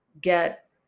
get